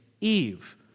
Eve